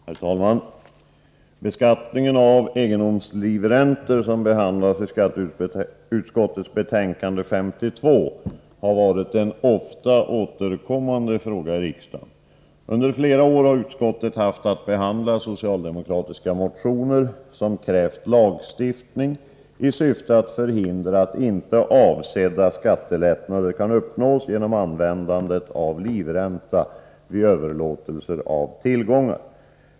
Herr talman! Beskattningen av egendomslivräntor, som behandlas i Fredagen den skatteutskottets betänkande 52, har varit en ofta återkommande fråga i 1 juni 1984 riksdagen. Under flera år har utskottet haft att behandla socialdemokratiska motioner som krävt lagstiftning i syfte att förhindra att inte avsedda Beskattningen av skattelättnader kan uppnås genom användandet av livränta vid överlåtelser egendomslivräntor av tillgångar.